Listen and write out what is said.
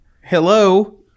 Hello